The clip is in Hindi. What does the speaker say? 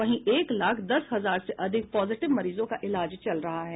वहीं एक लाख दस हजार से अधिक पाजिटिव मरीजों का इलाज चल रहा है